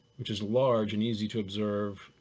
which is large and easy to observe,